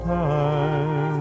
time